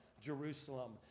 Jerusalem